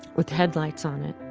with headlights on it.